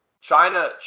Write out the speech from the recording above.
china